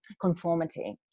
conformity